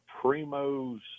Primo's